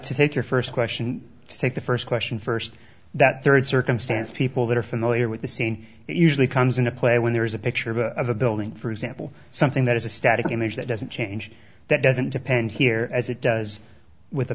to take your first question to take the first question first that third circumstance people that are familiar with the scene usually comes into play when there is a picture of a building for example something that is a static image that doesn't change that doesn't depend here as it does with a